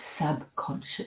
subconscious